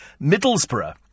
Middlesbrough